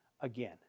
again